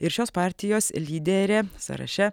ir šios partijos lyderė sąraše